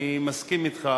אני מסכים אתך